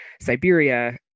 Siberia